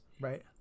Right